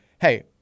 hey